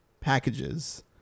packages